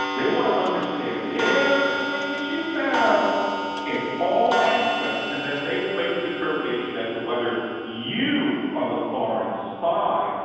they want to understand everything that you found in all aspects, and then they will make a determination as to whether you are the foreign spy,